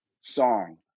song